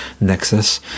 nexus